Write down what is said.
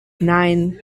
nein